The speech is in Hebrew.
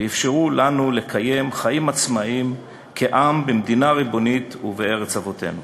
ואפשרו לנו לקיים חיים עצמאיים כעם במדינה ריבונית ובארץ אבותינו.